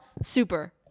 super